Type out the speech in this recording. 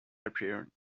appeared